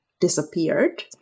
disappeared